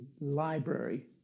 library